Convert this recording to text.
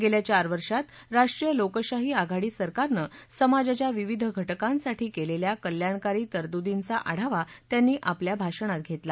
गेल्या चार वर्षात राष्ट्रीय लोकशाही आघाडी सरकारनं समाजाच्या विविध घटकांसाठी केलेल्या कल्याणकारी तरतूर्दींचा आढावा त्यांनी आपल्या भाषणात घेतला